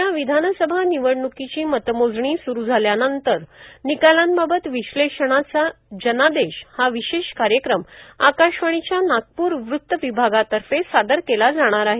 उद्या विधानसभा निवडण्कीची मतमोजणी सुरू झाल्यानंतर निकालांबाबत विष्लेशणाचा जनादेश हा विशेष कार्यक्रम आकाशवाणीच्या नागपूर वृत्त विभागातर्फे सादर केला जाणार आहे